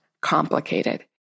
complicated